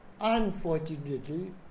Unfortunately